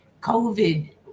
COVID